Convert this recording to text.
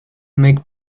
make